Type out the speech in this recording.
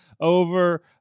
over